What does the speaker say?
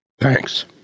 Thanks